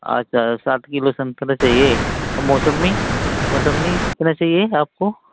अच्छा सात किलो संतरा चाहिए और मौसम्बी मौसम्बी कितनी चाहिए आपको